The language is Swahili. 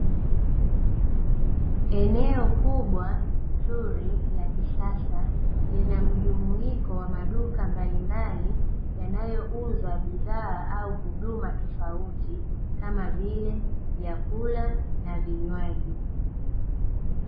Eneo kubwa zuri la kisasa linamjumuiko wa maduka mbalimbali yanayouza bidhaa au huduma tofauti kama vile vyakula na vinywaji.